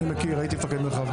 יודע.